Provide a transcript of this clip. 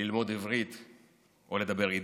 ללמוד עברית או לדבר יידיש.